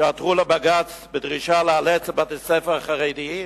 ועתרו לבג"ץ בדרישה לאלץ בתי-ספר חרדיים